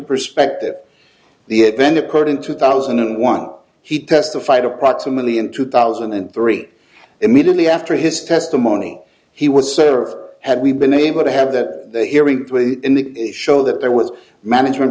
perspective the event occurred in two thousand and one he testified approximately in two thousand and three immediately after his testimony he was served had we been able to have that hearing in the show that there was management